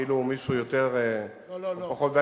כאילו מישהו יותר או פחות.